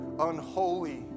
unholy